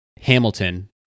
Hamilton